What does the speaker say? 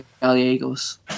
gallegos